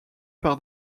par